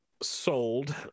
sold